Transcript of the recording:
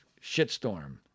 shitstorm